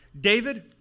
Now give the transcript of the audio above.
David